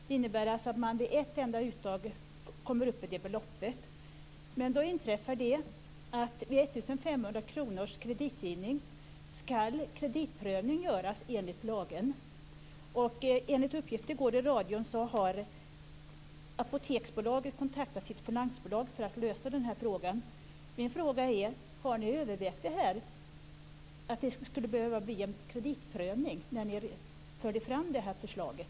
Det innebär alltså att man vid ett enda uttag kommer upp i det beloppet. Vid en kreditgivning på 1 500 kr skall kreditprövning göras enligt lagen. Enligt uppgift i går i radion har Apoteksbolaget kontaktat sitt finansbolag för att lösa den här frågan. Min fråga är: Har ni övervägt att det skulle behöva bli en kreditprövning när ni förde fram det här förslaget?